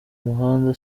muhanda